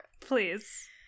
Please